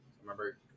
remember